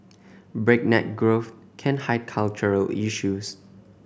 breakneck growth can hide cultural issues